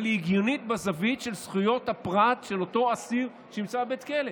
אבל היא הגיונית בזווית של זכויות הפרט של אותו אסיר שנמצא בבית כלא.